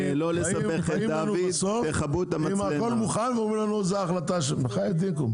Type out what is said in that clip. צריך לעשות תוכנה, זו לא תוכנה בעייתית.